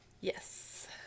yes